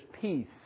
peace